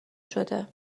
شده